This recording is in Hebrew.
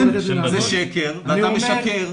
זה שקר ואתה משקר.